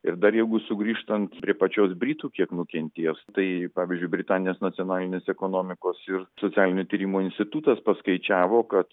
ir dar jeigu sugrįžtant prie pačios britų kiek nukentės tai pavyzdžiui britanijos nacionalinis ekonomikos ir socialinių tyrimų institutas paskaičiavo kad